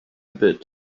bit